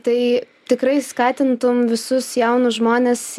tai tikrai skatintum visus jaunus žmones